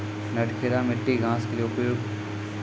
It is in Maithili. नटखेरा मिट्टी घास के लिए उपयुक्त?